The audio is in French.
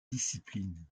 disciplines